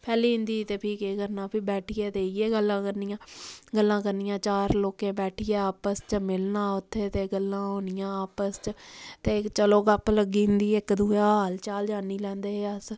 फैल्ली जंदी ही ते फ्ही केह् करना फ्ही बैटियै ते इ'यै गल्ला करनियां गल्लां करनियां चार लोकें बैठियै आपस च मिलना उत्थै ते गल्लां होनियां आपस च ते चलो गप्प लग्गी जंदी इक दुऐ दा हाल चाल जानी लैंदे हे अस